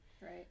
Right